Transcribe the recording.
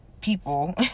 people